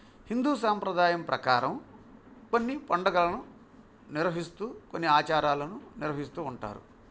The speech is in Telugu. హిందూ సాంప్రదాయం ప్రకారం కొన్ని పండుగలను నిర్వహిస్తూ కొన్ని ఆచారాలను నిర్వహిస్తూ ఉంటారు